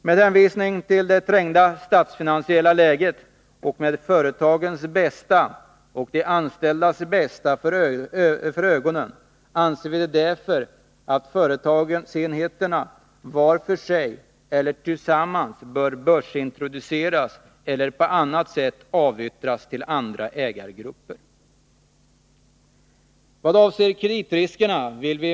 Med hänvisning till det trängda statsfinansiella läget och med företagens och de anställdas bästa för ögonen anser vi därför att företagsenheterna var för sig eller tillsammans bör börsintroduceras eller på annat sätt avyttras till andra ägargrupper.